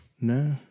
No